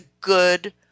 good